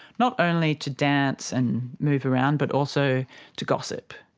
not only to dance and move around but also to gossip,